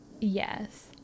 Yes